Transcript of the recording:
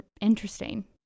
interesting